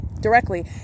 directly